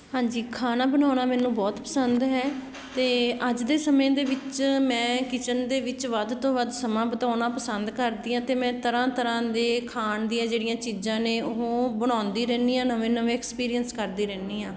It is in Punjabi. ਹਾਂਜੀ ਖਾਣਾ ਬਣਾਉਣਾ ਮੈਨੂੰ ਬਹੁਤ ਪਸੰਦ ਹੈ ਅਤੇ ਅੱਜ ਦੇ ਸਮੇਂ ਦੇ ਵਿੱਚ ਮੈਂ ਕਿਚਨ ਦੇ ਵਿੱਚ ਵੱਧ ਤੋਂ ਵੱਧ ਸਮਾਂ ਬਿਤਾਉਣਾ ਪਸੰਦ ਕਰਦੀ ਹਾਂ ਅਤੇ ਮੈਂ ਤਰ੍ਹਾਂ ਤਰ੍ਹਾਂ ਦੇ ਖਾਣ ਦੀਆਂ ਜਿਹੜੀਆਂ ਚੀਜ਼ਾਂ ਨੇ ਉਹ ਬਣਾਉਂਦੀ ਰਹਿੰਦੀ ਹਾਂ ਨਵੇਂ ਨਵੇਂ ਐਕਸਪੀਰੀਅੰਸ ਕਰਦੀ ਰਹਿੰਦੀ ਹਾਂ